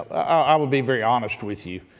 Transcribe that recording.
i will be very honest with you.